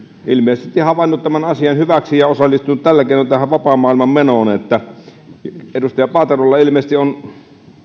ilmeisesti havainnut tämän asian hyväksi ja osallistunut tällä keinoin tähän vapaan maailman menoon edustaja paaterolla ilmeisesti on